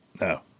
No